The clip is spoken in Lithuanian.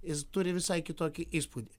jis turi visai kitokį įspūdį